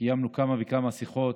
קיימנו כמה וכמה שיחות,